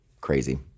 crazy